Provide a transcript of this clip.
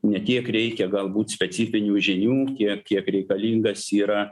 ne tiek reikia galbūt specifinių žinių kiek kiek reikalingas yra